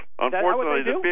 Unfortunately